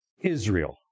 Israel